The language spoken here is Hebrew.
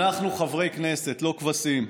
אנחנו חברי כנסת, לא כבשים.